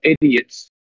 idiots